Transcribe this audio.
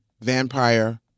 Vampire